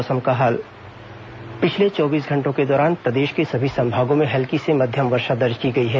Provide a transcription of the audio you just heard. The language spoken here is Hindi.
मौसम पिछले चौबीस घंटों के दौरान प्रदेश के सभी संभागों में हल्की से मध्यम वर्षा दर्ज की गई है